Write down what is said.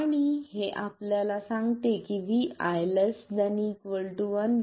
आणि हे आपल्याला सांगते की vi ≤ 1 V